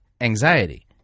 anxiety